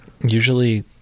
usually